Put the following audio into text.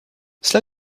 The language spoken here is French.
cela